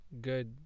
Good